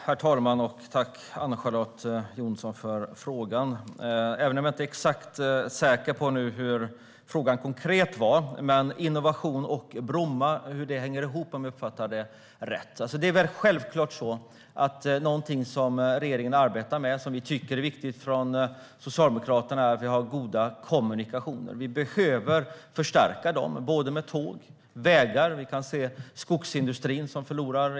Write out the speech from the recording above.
Herr talman! Tack, Ann-Charlotte Hammar Johnsson, för frågan! Jag är inte exakt säker på vad frågan var. Men om jag uppfattade det rätt handlade det om hur innovation och Bromma hänger ihop. Självklart tycker vi från Socialdemokraterna att det är viktigt att vi har goda kommunikationer. Det är självklart att regeringen arbetar med det. Vi behöver förstärka kommunikationerna med både tåg och vägar.